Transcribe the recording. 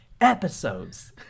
episodes